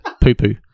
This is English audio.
Poopoo